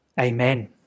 Amen